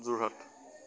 Jorhat